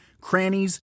crannies